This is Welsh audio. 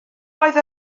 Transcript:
oedd